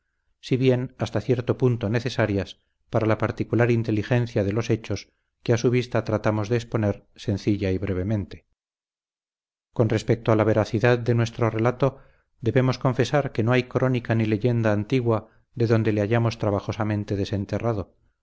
si bien hasta cierto punto necesarias para la particular inteligencia de los hechos que a su vista tratamos de exponer sencilla y brevemente con respecto a la veracidad de nuestro relato debemos confesar que no hay crónica ni leyenda antigua de donde le hayamos trabajosamente desenterrado